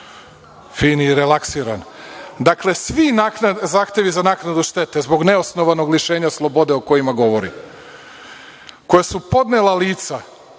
fin i relaksiran. Svi zahtevi za naknadu štete zbog neosnovanog lišenja slobode o kojima govori, koja su podnela lica,